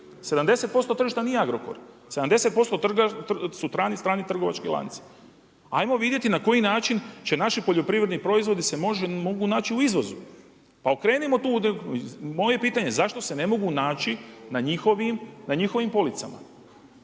70% tržišta nije Agrokor. 70% su strani trgovački lanci. Hajmo vidjeti na koji način će naši poljoprivredni proizvodi se mogu naći u izvozu, pa okrenimo tu. Moje je pitanje zašto se ne mogu naći na njihovim policama.